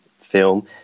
film